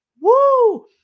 Woo